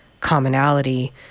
commonality